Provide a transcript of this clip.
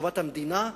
טובת המדינה,